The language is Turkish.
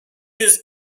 yüz